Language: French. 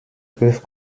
peuvent